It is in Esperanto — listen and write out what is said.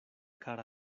kara